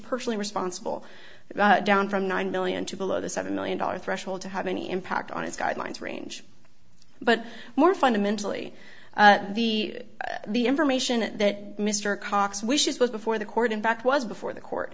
personally responsible down from nine million to below the seven million dollars threshold to have any impact on his guidelines range but more fundamentally the the information that mr cox wishes was before the court in fact was before the court